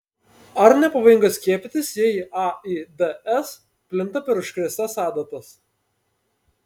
ar nepavojinga skiepytis jei aids plinta per užkrėstas adatas